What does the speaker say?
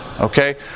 Okay